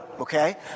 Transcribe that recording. okay